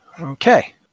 Okay